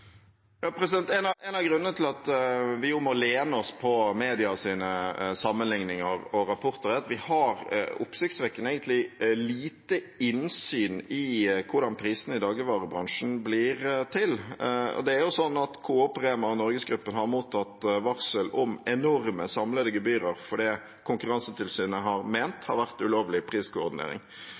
En av grunnene til at vi må støtte oss til medienes sammenligninger og rapporter, er at vi egentlig har oppsiktsvekkende lite innsyn i hvordan prisene i dagligvarebransjen blir til. Det er jo sånn at Coop, REMA og NorgesGruppen har mottatt varsel om enorme samlede gebyrer for det Konkurransetilsynet har ment har vært ulovlig priskoordinering.